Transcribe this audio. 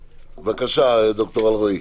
בבקשה, ד"ר אלרעי.